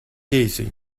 easy